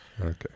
Okay